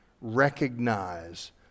recognize